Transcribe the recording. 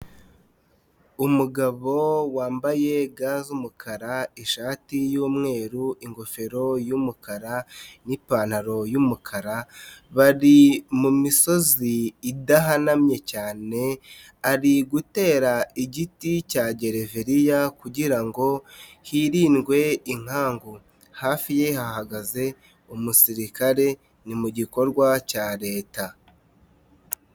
Umugabo wambaye ga z'umukara ishati y'umweru ingofero y'umukara n'ipantaro y'umukara, bari mu misozi idahanamye cyane, ari gutera igiti cya gereveriya kugira ngo hirindwe inkangu hafi ye hahagaze umusirikare ni gikorwa cya leta.